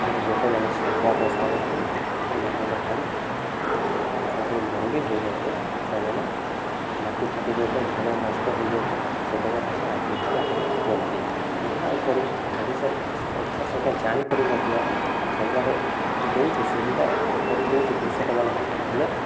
ଏଠାରେ ଲୋକମାନେ ସୁଧିଆ ପଇସା ଆଣନ୍ତି ଲୋକଙ୍କଠାରୁ ଯଦି ମରୁଡ଼ି ହୋଇଯାଇଥାଏ ସେମାନେ ମାଟି ଫାଟି ଯାଇଥାଏ ଧାନ ନଷ୍ଟ ହେଇଯାଇଥାଏ ସେଥିପାଇଁ ସେମାନେ ଆତ୍ମହତ୍ୟା କରିଦିଅନ୍ତି ଏହା ଉପରେ ଓଡ଼ିଶାରେ ଓଡ଼ିଶା ସରକାର ଜାଣିିକରି ମଧ୍ୟ ସବୁଆଡ଼େ ଦେଉଛି ସୁବିଧା କରିଦେଉଛି କୃଷକମାନଙ୍କୁ ହେଲେ